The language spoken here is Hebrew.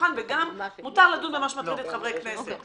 השולחן וגם מותר לדון במה שמטריד את חברי הכנסת.